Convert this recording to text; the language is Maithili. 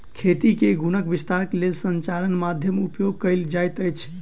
खेती के गुणक विस्तारक लेल संचार माध्यमक उपयोग कयल जाइत अछि